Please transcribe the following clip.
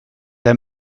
der